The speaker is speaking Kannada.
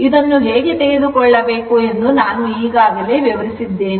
ಇದನ್ನು ಹೇಗೆ ತೆಗೆದುಕೊಳ್ಳಬೇಕು ಎಂದು ನಾನು ಈಗಾಗಲೇ ವಿವರಿಸಿದ್ದೇನೆ